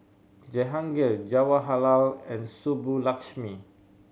Jehangirr Jawaharlal and Subbulakshmi